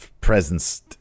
presence